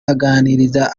aganiriza